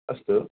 अस्तु